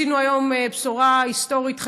הבאנו היום בשורה היסטורית חשובה,